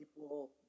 people